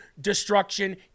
destruction